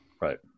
Right